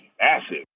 massive